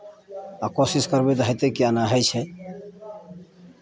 आ कोशिश करबै तऽ हेतै किएक नहि होइ छै